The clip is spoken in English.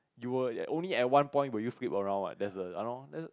you were at only at one point would you flip around what there's a [anor]